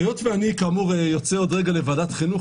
היות שאני כאמור יוצא עוד רגע לוועדת החינוך,